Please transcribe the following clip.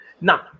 Now